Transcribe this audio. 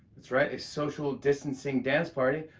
that's right a social-distancing dance party,